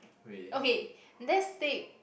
okay let's take